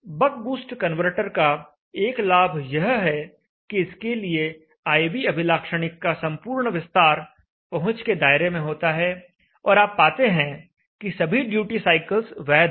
बक boost converter का एक लाभ यह है कि इसके लिए I V अभिलाक्षणिक का संपूर्ण विस्तार पहुंच के दायरे में होता है और आप पाते हैं कि सभी ड्यूटी साइकिल्स वैध हैं